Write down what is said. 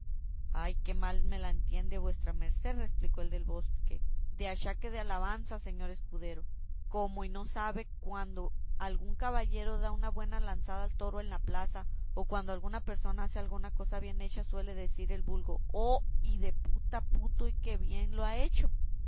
oh qué mal se le entiende a vuesa merced replicó el del bosque de achaque de alabanzas señor escudero cómo y no sabe que cuando algún caballero da una buena lanzada al toro en la plaza o cuando alguna persona hace alguna cosa bien hecha suele decir el vulgo oh hideputa puto y qué bien que lo ha hecho